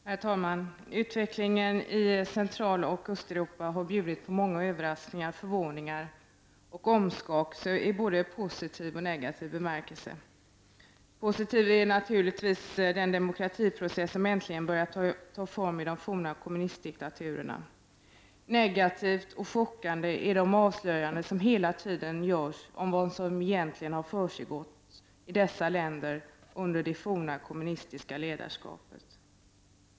Herr talman! Utvecklingen i Centraloch Östeuropa har bjudit på många överraskningar, förvåning och omskakning i både positiv och negativ bemärkelse. Positiv är naturligtvis den demokratiseringsprocess som äntligen börjar ta form i de forna kommunistdiktaturerna. Negativt och chockerande är de avslöjanden som hela tiden görs om vad som egentligen har försiggått i dessa länder under det forna kommunistiska ledarskapet.